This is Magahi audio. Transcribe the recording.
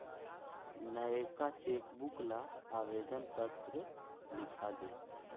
नएका चेकबुक ला आवेदन पत्र लिखा द